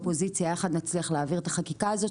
עם האופוזיציה נצליח להעביר את החקיקה הזאת,